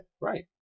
Right